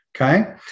Okay